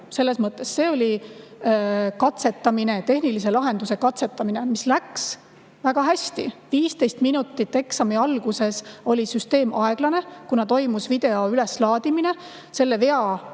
tehnilised tõrked. See oli katsetamine, tehnilise lahenduse katsetamine, mis läks väga hästi. 15 minutit eksami alguses oli süsteem aeglane, kuna toimus video üleslaadimine. Selle vea